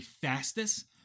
fastest